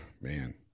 man